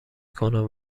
کنم